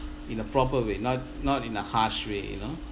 in a proper way not not in a harsh way you know